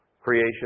Creation